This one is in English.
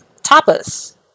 tapas